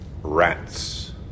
rats